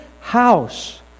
house